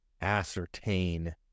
ascertain